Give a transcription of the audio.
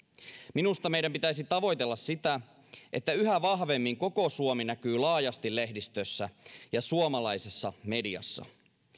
minusta meidän pitäisi tavoitella sitä että yhä vahvemmin koko suomi näkyy laajasti lehdistössä ja suomalaisessa mediassa